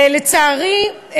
לצערי,